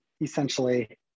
essentially